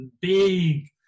big